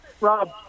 Rob